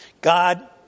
God